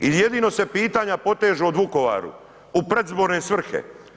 I jedno se pitanja potežu o Vukovaru u predizborne svrhe.